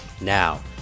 Now